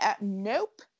nope